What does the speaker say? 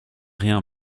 rien